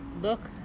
look